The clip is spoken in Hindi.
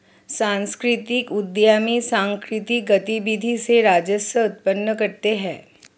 सांस्कृतिक उद्यमी सांकृतिक गतिविधि से राजस्व उत्पन्न करते हैं